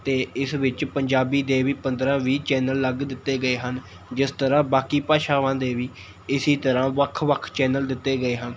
ਅਤੇ ਇਸ ਵਿੱਚ ਪੰਜਾਬੀ ਦੇ ਵੀ ਪੰਦਰਾਂ ਵੀਹ ਚੈਨਲ ਅਲੱਗ ਦਿੱਤੇ ਗਏ ਹਨ ਜਿਸ ਤਰ੍ਹਾਂ ਬਾਕੀ ਭਾਸ਼ਾਵਾਂ ਦੇ ਵੀ ਇਸੀ ਤਰ੍ਹਾਂ ਵੱਖ ਵੱਖ ਚੈਨਲ ਦਿੱਤੇ ਗਏ ਹਨ